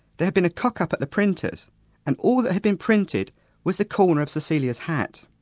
there had been a cock-up at the printers and all that had been printed was the corner of cecilia's hat!